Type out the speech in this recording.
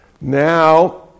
Now